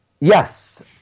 yes